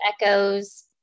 echoes